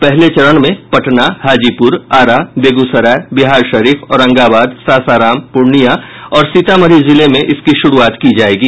पहले चरण में पटना हाजीपुर आरा बेगूसराय बिहारशरीफ औरंगाबाद सासाराम पूर्णिया और सीतामढ़ी जिले में इसकी शुरूआत की जायेगी